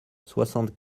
soixante